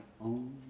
own